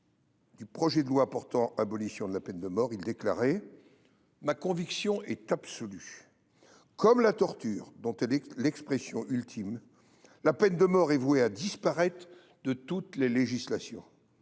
du projet de loi portant abolition de la peine de mort, il déclarait ceci :« Ma conviction est absolue : comme la torture, dont elle est l’expression ultime, la peine de mort est vouée à disparaître de toutes les législations.